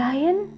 Lion